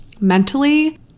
mentally